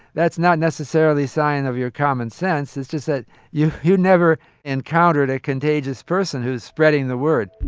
that's not necessarily a sign of your common sense. it's just that you you never encountered a contagious person who is spreading the word